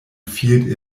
field